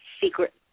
secret